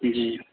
जी